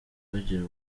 bagira